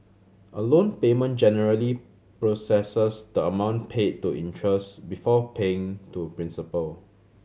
a loan payment generally processes the amount paid to interest before paying to principal